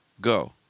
Go